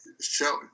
show